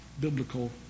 biblical